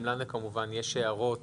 גם לנו כמובן יש הערות